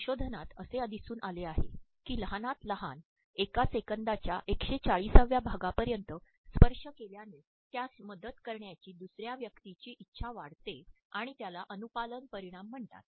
संशोधनात असे दिसून आले आहे की लहानात लहान एका सेकंदाच्या १४०व्या भागापर्यंत स्पर्श केल्याने त्यास मदत करण्याची दुसऱ्या व्यक्तीची इच्छा वाढते आणि त्याला अनुपालन परिणाम म्हणतात